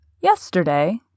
Yesterday